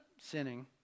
sinning